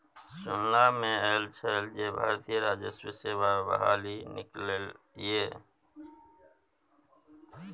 सुनला मे आयल छल जे भारतीय राजस्व सेवा मे बहाली निकललै ये